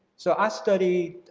so i study,